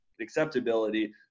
acceptability